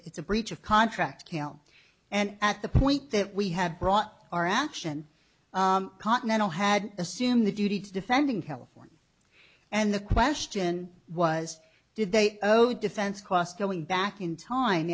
t's a breach of contract count and at the point that we had brought our action continental had assumed the duty to defending california and the question was did they owed defense costs going back in time